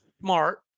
smart